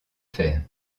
faire